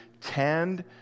tend